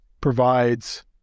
provides